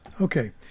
Okay